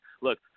Look